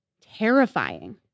terrifying